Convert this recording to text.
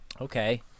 Okay